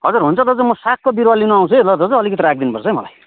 हजुरहुन्छ दाजु म सागको बिरुवा लिन आउँछु है ल दाजु अलिकति राखिदिनु पर्छ है मलाई